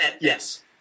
Yes